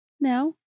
Now